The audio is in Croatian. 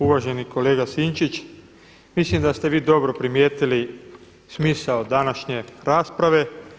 Uvaženi kolega Sinčić mislim da ste vi dobro primijetili smisao današnje rasprave.